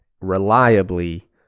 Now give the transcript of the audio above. reliably